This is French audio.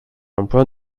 emplois